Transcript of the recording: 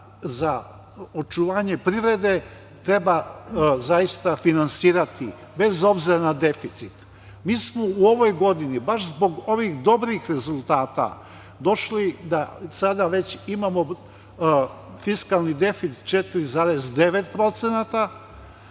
za očuvanje privrede, treba zaista finansirati, bez obzira na deficit. Mi smo u ovoj godini, baš zbog ovih dobrih rezultata, došli da već sada imamo fiskalni deficit 4,9%. Ja